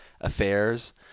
affairs